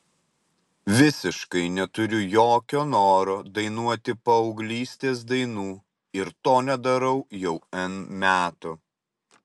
visiškai neturiu jokio noro dainuoti paauglystės dainų ir to nedarau jau n metų